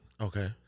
Okay